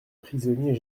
prisonniers